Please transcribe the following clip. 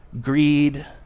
greed